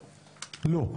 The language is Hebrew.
לא.